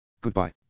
Goodbye